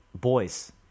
boys